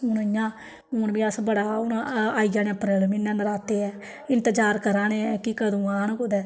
हून इ'यां हून बी अस बड़ा हून आई जाने अप्रैल म्हीनै नराते इंतजार करा ने ऐं कि कदूं औन कुदै